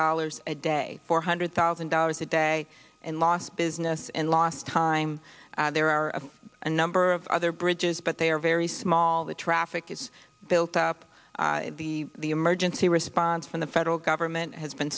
dollars a day four hundred thousand dollars a day in lost business and lost time there are a number of other bridges but they are very small the traffic is built up the the emergency response from the federal government has been